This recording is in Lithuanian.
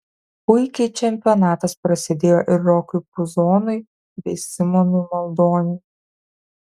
puikiai čempionatas prasidėjo ir rokui puzonui bei simonui maldoniui